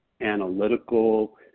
analytical